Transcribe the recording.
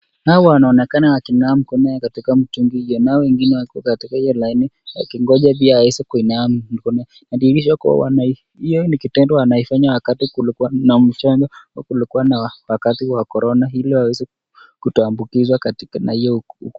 Hawa wanaonekana wakinawa mikono katika mtungi hiyo nao wengine wako katika hiyo laini wakingoja pia waweze kuinawa mikono. Inadhihirisha kuwa hiyo ni kitendo wanaifanya wakati kulikuwa na wakati wa korona ili waweze kutoambikizwa na hiyo